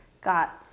got